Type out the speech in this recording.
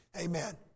Amen